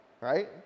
right